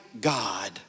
God